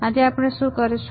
તો આજે આપણે શું કરીશું